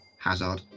Hazard